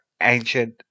ancient